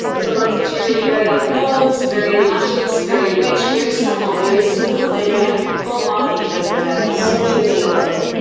so lots of cherry berry on the nose, very luscious, very rich, very supple, very smooth and yet full body but so juicy, i love it.